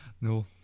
no